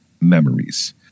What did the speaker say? Memories